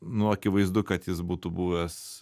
nu akivaizdu kad jis būtų buvęs